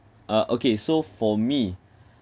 uh okay so for me